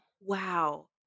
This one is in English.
wow